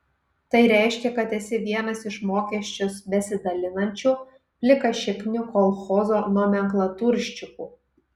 tai reiškia kad esi vienas iš mokesčius besidalinančių plikašiknių kolchozo nomenklaturščikų